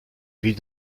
ville